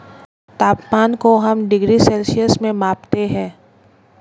तापमान को हम डिग्री सेल्सियस में मापते है